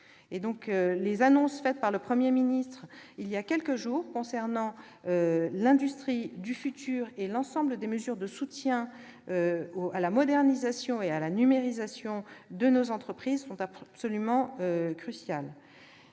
Les annonces faites par le Premier ministre il y a quelques jours concernant l'industrie du futur et l'ensemble des mesures de soutien à la modernisation et à la numérisation de nos entreprises sont absolument cruciales